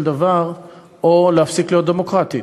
או להפסיק להיות מדינה דמוקרטית,